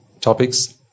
topics